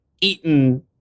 eaten